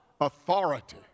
authority